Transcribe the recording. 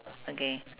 okay